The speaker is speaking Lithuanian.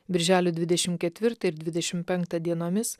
birželio dvidešim ketvirtą ir dvidešim penktą dienomis